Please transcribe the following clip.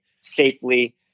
safely